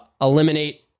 eliminate